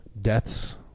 deaths